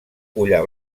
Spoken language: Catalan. collar